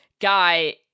guy